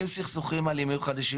אלימים חדשים